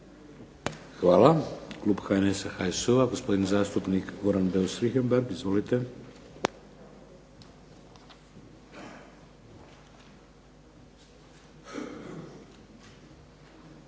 Hvala. Klub HNS-a, HSU-a, gospodin zastupnik Goran Beus Richembergh. Izvolite. **Beus